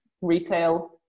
retail